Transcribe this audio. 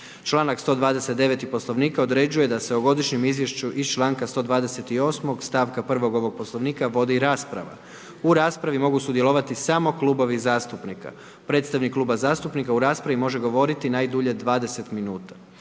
Članak 129. Poslovnika određuje da se o Godišnjem izvješću iz članka 128. stavka 1. ovog Poslovnika vodi rasprava. U raspravi mogu sudjelovati samo klubovi zastupnika. Predstavnik kluba zastupnika u raspravi možete govoriti najdulje 20 minuta.